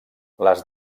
les